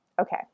Okay